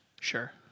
Sure